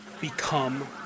become